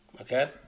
okay